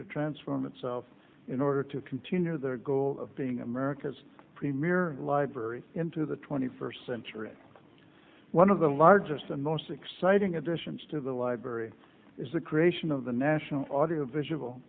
to transform itself in order to continue their goal of being america's premier library into the twenty first century one of the largest and most exciting additions to the library is the creation of the national audio visual